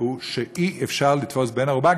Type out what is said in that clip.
העיקרון שאי-אפשר לתפוס בן-ערובה,